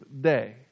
day